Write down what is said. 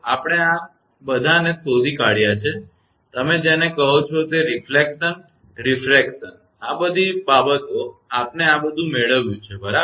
આપણે તમારા આ બધાને શોધી કાઢયા છે કે તમે જેને કહો છો તે રિફલેકશન રિફ્રેકશન આ બધી બાબતોઆપને આ બધુ મેળવ્યુ છે બરાબર